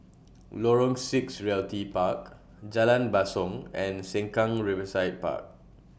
Lorong six Realty Park Jalan Basong and Sengkang Riverside Park